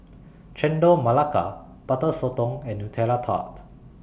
Chendol Melaka Butter Sotong and Nutella Tart